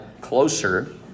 closer